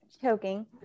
choking